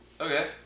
Okay